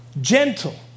gentle